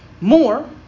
More